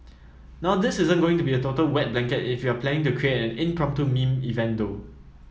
now this isn't going to be a total wet blanket if you're planning to create an impromptu meme event though